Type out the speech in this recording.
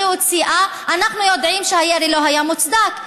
שהוציאה: אנחנו יודעים שהירי לא היה מוצדק,